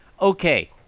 Okay